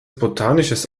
botanisches